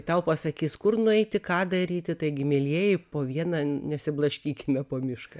tau pasakys kur nueiti ką daryti taigi mielieji po vieną nesiblaškykite po mišką